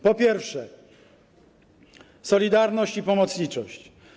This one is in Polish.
Po pierwsze, solidarność i pomocniczość.